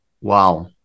Wow